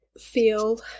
feel